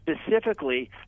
Specifically